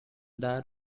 that